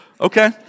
Okay